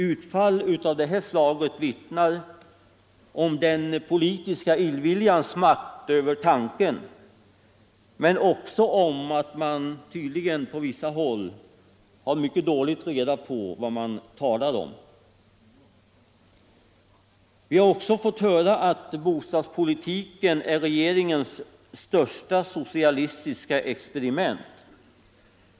Utfall av detta slag vittnar om den politiska illviljans makt över tanken men också om att man på vissa håll är mycket dåligt insatt i det som man talar om. Vi har också fått höra att bostadspolitiken skulle vara regeringens största socialistiska experiment.